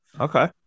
Okay